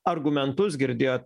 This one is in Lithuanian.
argumentus girdėjot